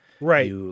Right